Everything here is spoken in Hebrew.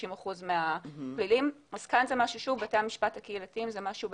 50% מ- -- אז באמת בתי המשפט הקהילתיים הם מאוד